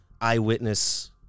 eyewitness